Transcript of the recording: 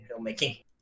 filmmaking